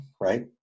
right